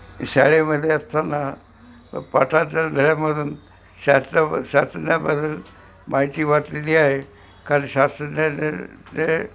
शाळेमध्ये असताना पाठाच्या मधून श शास्त्राब बद्दल माहिती वाचलेली आहे कारण